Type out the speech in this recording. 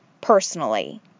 personally